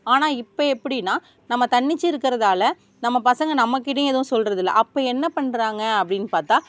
ஆனால் இப்போ எப்படினா நம்ம தன்னிச்சு இருக்கறதால் நம்ம பசங்க நம்மக்கிட்டயும் எதுவும் சொல்றதுல்லை அப்போ என்ன பண்ணுறாங்க அப்படின் பார்த்தா